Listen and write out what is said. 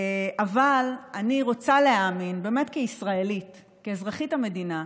אבל אני רוצה להאמין כישראלית, כאזרחית המדינה,